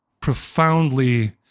profoundly